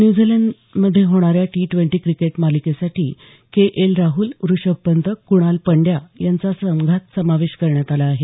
न्यूझीलँडमध्ये होणाऱ्या T twenty मालिकेसाठी K L Rahul Rishabh Pant Krunal Pandya यांचा संघात समावेश करण्यात आला आहे